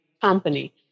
company